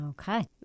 Okay